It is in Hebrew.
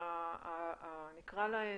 נקרא להן,